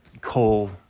coal